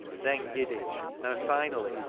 then giddy and finally,